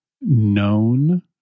known